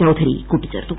ചൌധരി കൂട്ടിച്ചേർത്തു